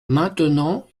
maintenant